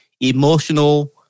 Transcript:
emotional